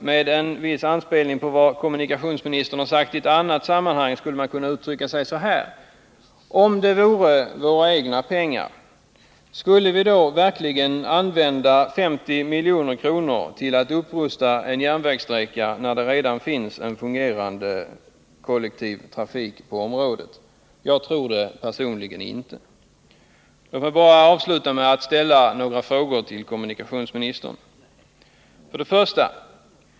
Med en viss anspelning på vad kommunikationsministern har sagt i ett annat sammanhang skulle man kunna uttrycka sig så här: Om det vore våra egna pengar, skulle vi då verkligen använda 50 milj.kr. till att rusta upp en järnvägssträcka, när det redan finns en fungerande kollektivtrafik i området? Jag tror det personligen inte. Låt mig avsluta mitt anförande med att ställa några frågor till kommunikationsministern. 1.